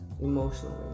emotionally